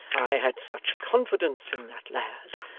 i had such confidence in that lad,